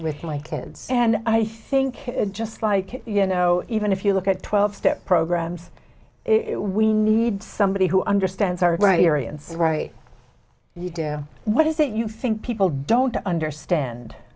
with my kids and i think just like you know even if you look at twelve step programs if we need somebody who understands our right areas right you do what is it you think people don't understand